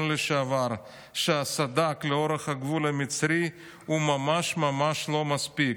לשעבר שהסד"כ לאורך הגבול המצרי הוא ממש ממש לא מספיק,